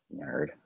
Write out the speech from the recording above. Nerd